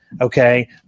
okay